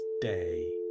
day